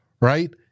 right